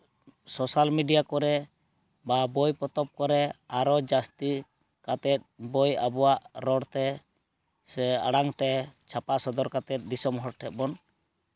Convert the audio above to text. social media ᱠᱚᱨᱮ ᱵᱟ ᱵᱚᱭ ᱯᱚᱛᱚᱵ ᱠᱚᱨᱮ ᱟᱨᱚ ᱡᱟᱹᱥᱛᱤ ᱠᱟᱛᱮᱫ ᱵᱳᱭ ᱟᱵᱚᱣᱟᱜ ᱨᱚᱲᱛᱮ ᱥᱮ ᱟᱲᱟᱝᱛᱮ ᱪᱷᱟᱯᱟ ᱥᱚᱫᱚᱨ ᱠᱟᱛᱮᱫ ᱫᱤᱥᱚᱢ ᱦᱚᱲ ᱴᱷᱮᱡ ᱵᱚᱱ